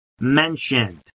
mentioned